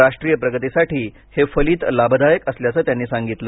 राष्ट्रीय प्रगतीसाठी हे फलित लाभदायक असल्याचं त्यांनी सांगितलं